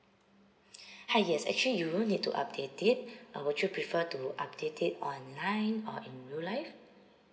hi yes actually you will need to update it uh would you prefer to update it online or in real life